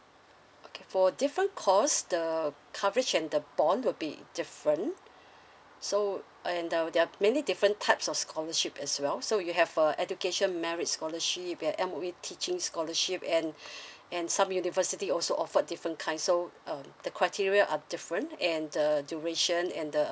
okay for different course the coverage and the bond will be different so and uh there're many different types of scholarship as well so you have uh education merit scholarship and M_O_E teaching scholarship and and some university also offered different kind so um the criteria are different and the duration and the